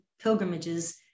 pilgrimages